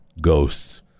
ghosts